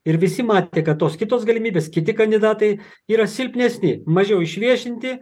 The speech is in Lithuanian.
ir visi matė kad tos kitos galimybės kiti kandidatai yra silpnesni mažiau išviešinti